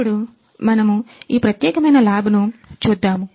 ఇప్పుడు మనము ఈ ప్రత్యేకమైన ల్యాబ్ ను చూద్దాము